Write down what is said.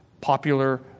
popular